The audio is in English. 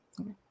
Okay